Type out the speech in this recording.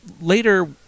later